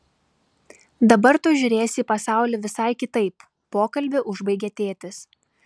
dabar tu žiūrėsi į pasaulį visai kitaip pokalbį užbaigė tėtis